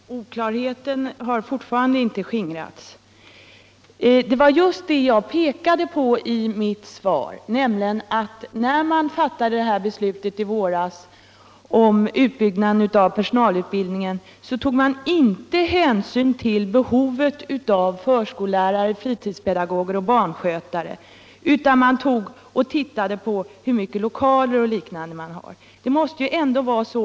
Herr talman! Oklarheten har fortfarande inte skingrats. När man i våras fattade beslutet om utbyggnaden av personalutbildningen — i mitt anförande pekade jag just på detta — så tog man inte hänsyn till behovet av förskollärare, fritidspedagoger och barnskötare, utan man tittade på hur mycket lokaler och andra resurser för utbildningen man hade.